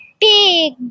big